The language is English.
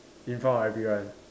in front of everyone